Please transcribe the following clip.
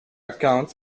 account